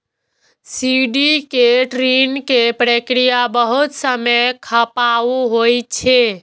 syndicate ऋण के प्रक्रिया बहुत समय खपाऊ होइ छै